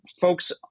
folks